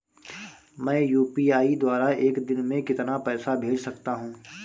मैं यू.पी.आई द्वारा एक दिन में कितना पैसा भेज सकता हूँ?